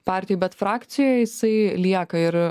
partijai bet frakcijoj jisai lieka ir